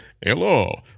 hello